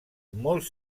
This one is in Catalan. molt